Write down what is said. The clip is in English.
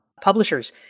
publishers